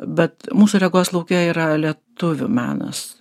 bet mūsų regos lauke yra lietuvių menas